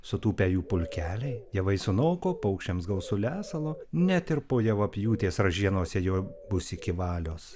sutūpę jų pulkeliai javai sunoko paukščiams gausu lesalo net ir po javapjūtės ražienose jo bus iki valios